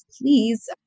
please